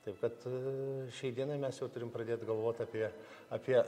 taip kad šiai dienai mes jau turim pradėt galvot apie apie